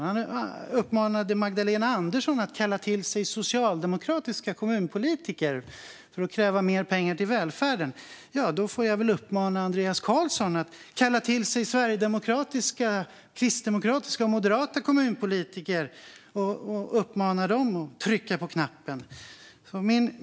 Han uppmanade Magdalena Andersson att kalla till sig socialdemokratiska kommunpolitiker för att kräva mer pengar till välfärden. Då får jag väl uppmana Andreas Carlson att kalla till sig sverigedemokratiska, kristdemokratiska och moderata kommunpolitiker och uppmana dem att trycka på byggknappen.